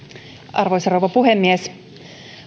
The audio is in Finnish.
arvoisa rouva puhemies